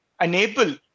enable